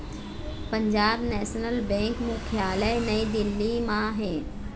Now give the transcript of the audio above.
Punjab National Bank मुख्यालय नई दिल्ली म हे